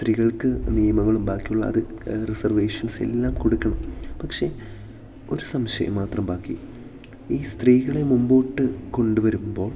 സ്ത്രീകൾക്ക് നിയമങ്ങളും ബാക്കിയുള്ള അത് റിസർവേഷൻസെല്ലാം കൊടുക്കണം പക്ഷേ ഒരു സംശയം മാത്രം ബാക്കി ഈ സ്ത്രീകളെ മുമ്പോട്ട് കൊണ്ടു വരുമ്പോൾ